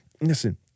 Listen